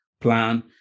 plan